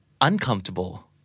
uncomfortable